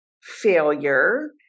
failure